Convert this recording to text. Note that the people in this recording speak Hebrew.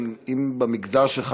האם במגזר שלך,